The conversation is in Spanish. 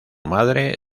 madre